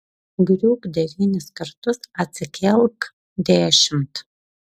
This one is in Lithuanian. griūk devynis kartus atsikelk dešimt